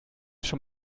schon